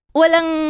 walang